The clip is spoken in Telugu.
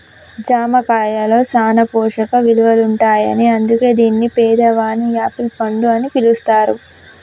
జామ కాయలో సాన పోషక ఇలువలుంటాయని అందుకే దీన్ని పేదవాని యాపిల్ పండు అని పిలుస్తారు